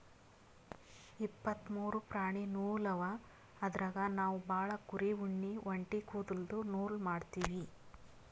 ಇಪ್ಪತ್ತ್ ಮೂರು ಪ್ರಾಣಿ ನೂಲ್ ಅವ ಅದ್ರಾಗ್ ನಾವ್ ಭಾಳ್ ಕುರಿ ಉಣ್ಣಿ ಒಂಟಿ ಕುದಲ್ದು ನೂಲ್ ಮಾಡ್ತೀವಿ